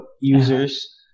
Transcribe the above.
users